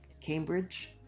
Cambridge